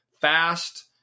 fast